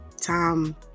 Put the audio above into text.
time